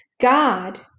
God